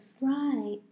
Right